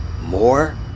More